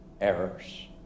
errors